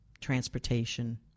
transportation